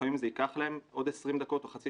לפעמים זה ייקח להם עוד 20 דקות או חצי